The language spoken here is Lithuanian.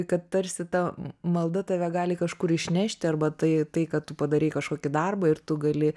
kad tarsi ta malda tave gali kažkur išnešti arba tai tai kad tu padarei kažkokį darbą ir tu gali